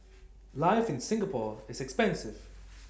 life in Singapore is expensive